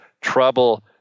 trouble